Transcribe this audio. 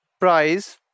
prize